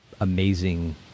amazing